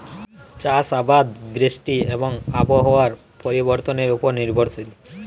চাষ আবাদ বৃষ্টি এবং আবহাওয়ার পরিবর্তনের উপর নির্ভরশীল